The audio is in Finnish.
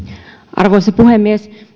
arvoisa puhemies